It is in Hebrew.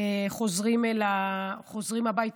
חוזרים הביתה.